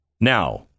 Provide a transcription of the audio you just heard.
Now